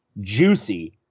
juicy